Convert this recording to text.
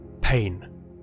Pain